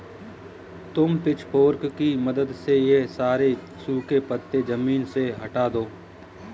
तुम पिचफोर्क की मदद से ये सारे सूखे पत्ते ज़मीन से हटा दो